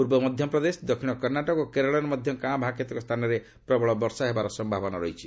ପୂର୍ବ ମଧ୍ୟପ୍ରଦେଶ ଦକ୍ଷିଣ କର୍ଣ୍ଣାଟକ ଓ କେରଳରେ ମଧ୍ୟ କାଁ ଭାଁ କେତେକ ସ୍ଥାନରେ ପ୍ରବଳ ବର୍ଷା ହେବାର ସମ୍ଭାବନା ରହିଛି